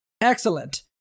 Excellent